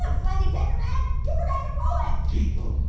um slendy tender man? you forgot your poems! keep em!